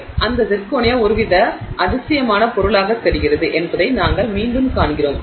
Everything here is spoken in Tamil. எனவே அந்த சிர்கோனியா ஒருவித அதிசயமான பொருளாகத் தெரிகிறது என்பதை நாங்கள் மீண்டும் காண்கிறோம்